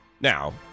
Now